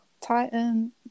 titan